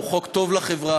הוא חוק טוב לחברה,